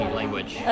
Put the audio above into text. language